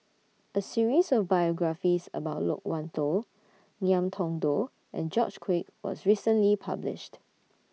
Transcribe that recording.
A series of biographies about Loke Wan Tho Ngiam Tong Dow and George Quek was recently published